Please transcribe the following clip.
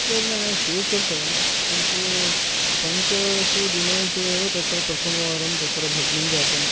प्रेरणया स्वीकृतवान् किन्तु पञ्चसु दिनेषु एव तत्र प्रथमवारं तत्र भग्नं जातं